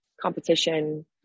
competition